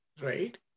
right